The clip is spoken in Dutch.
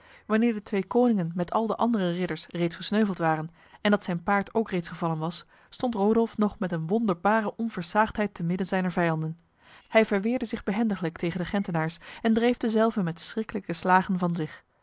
wanneer de twee koningen met al de andere ridders reeds gesneuveld waren en dat zijn paard ook reeds gevallen was stond rodolf nog met een wonderbare onversaagdheid te midden zijner vijanden hij verweerde zich behendiglijk tegen de gentenaars en dreef dezelve met schriklijke slagen van zich